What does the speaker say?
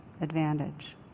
advantage